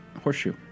horseshoe